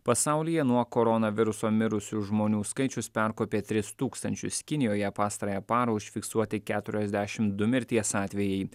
pasaulyje nuo koronaviruso mirusių žmonių skaičius perkopė tris tūkstančius kinijoje pastarąją parą užfiksuoti keturiasdešim du mirties atvejai